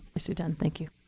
sit down. thank you.